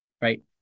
Right